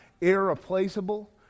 irreplaceable